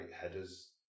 headers